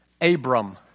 Abram